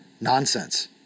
Nonsense